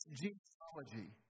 genealogy